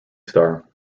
star